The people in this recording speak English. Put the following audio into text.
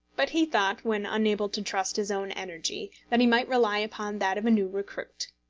but he thought, when unable to trust his own energy, that he might rely upon that of a new recruit.